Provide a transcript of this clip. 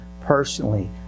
personally